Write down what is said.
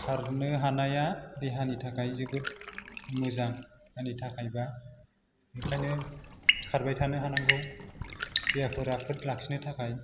खारनो हानाया देहानि थाखाय जोबोद मोजां आंनि थाखायबा ओंखायनो खारबाय थानो हानांगौ देहाखौ राफोद लाखिनो थाखाय